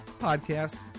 podcasts